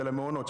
של המעונות,